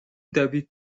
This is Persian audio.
دوید